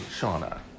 Shauna